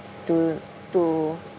to to